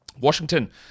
Washington